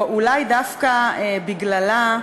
או אולי דווקא בגללה,